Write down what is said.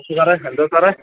എന്താണ് സാറേ എന്താണ് സാറേ